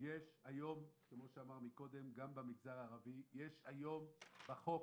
יש היום, גם במגזר הערבי, יש היום בחוק,